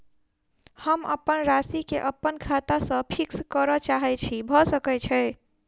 हम अप्पन राशि केँ अप्पन खाता सँ फिक्स करऽ चाहै छी भऽ सकै छै?